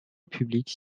publique